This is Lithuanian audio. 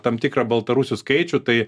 tam tikrą baltarusių skaičių tai